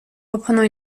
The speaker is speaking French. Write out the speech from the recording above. reprenant